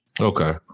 Okay